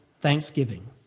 thanksgiving